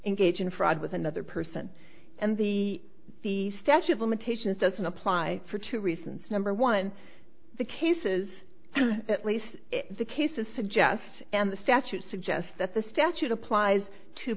engage in fraud with another person and the the statue of limitations doesn't apply for two reasons number one the cases at least the cases suggest and the statute suggests that the statute applies to